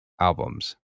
albums